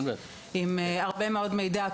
עם הרבה מאוד מידע,